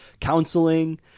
counseling